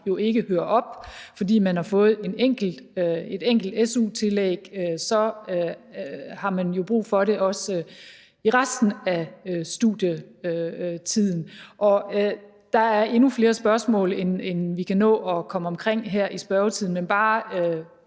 jo ikke hører op. For selv om man har fået et enkelt su-tillæg, har man jo også brug for det i resten af studietiden. Og der er endnu flere spørgsmål, end vi kan nå at komme omkring her i spørgetiden, men det